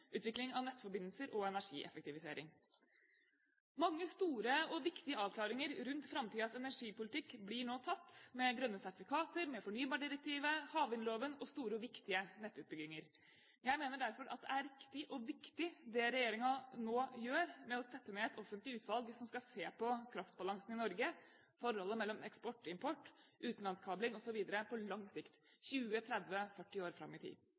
utvikling av nettforbindelser og energieffektivisering. Mange store og viktige avklaringer rundt framtidens energipolitikk blir nå tatt, med grønne sertifikater, med fornybardirektivet, havvindloven og store og viktige nettutbygginger. Jeg mener derfor det er riktig og viktig det regjeringen nå gjør med å sette ned et offentlig utvalg som skal se på kraftbalansen i Norge, forholdet mellom eksport og import, utenlandskabling osv. på lang sikt – 20–30–40 år fram i tid.